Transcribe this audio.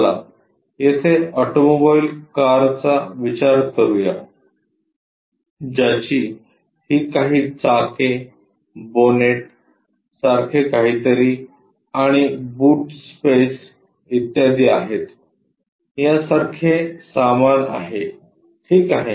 चला येथे ऑटोमोबाईल कारचा विचार करूया ज्याची ही काही चाके बोनेट सारखे काहीतरी आणि बूट स्पेस इत्यादी आहेत यासारखे सामान आहे ठीक आहे